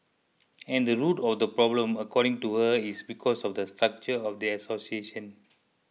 and the root of the problem according to her is because of the structure of the association